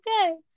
okay